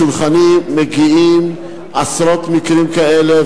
לשולחני מגיעים עשרות מקרים כאלה,